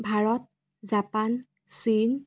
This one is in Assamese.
ভাৰত জাপান চীন